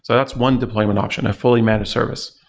so that's one deployment option, a fully managed service,